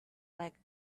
like